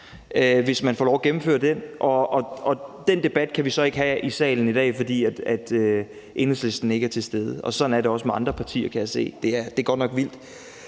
hvis man får lov at gennemføre det. Den debat kan vi så ikke have i salen i dag, fordi Enhedslisten ikke er til stede, og sådan er det også med andre partier, kan jeg se. Det er godt nok vildt.